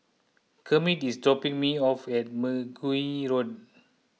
Kermit is dropping me off at Mergui Road